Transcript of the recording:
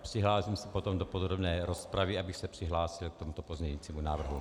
Přihlásím se potom do podrobné rozpravy, abych se přihlásil k tomu pozměňujícímu návrhu.